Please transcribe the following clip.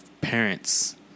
parents